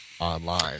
Online